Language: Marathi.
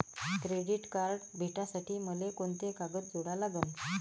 क्रेडिट कार्ड भेटासाठी मले कोंते कागद जोडा लागन?